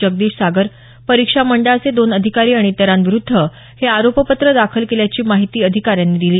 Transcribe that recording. जगदीश सागर परीक्षा मंडळाचे दोन अधिकारी आणि इतरांविरूद्ध हे आरोपपत्र दाखल केल्याची माहिती अधिकाऱ्यांनी दिली